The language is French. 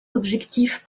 objectif